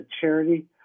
charity